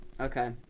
Okay